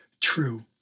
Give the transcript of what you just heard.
true